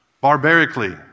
barbarically